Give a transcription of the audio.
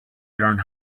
learn